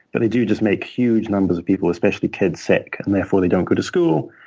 but they do just make huge numbers of people, especially kids, sick. and therefore, they don't go to school.